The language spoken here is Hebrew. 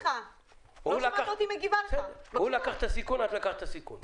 הוא לקח את הסיכון, את לקחת את הסיכון.